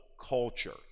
culture